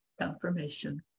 Confirmation